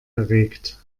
erregt